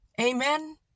Amen